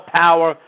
power